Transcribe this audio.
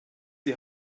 die